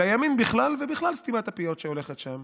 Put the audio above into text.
לימין בכלל, ובכלל סתימת הפיות שהולכת שם,